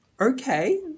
okay